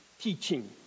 teaching